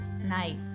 Night